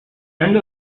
end